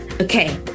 okay